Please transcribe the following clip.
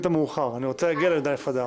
אתה רוצה לדבר על ההלוואות?